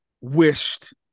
wished